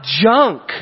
junk